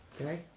Okay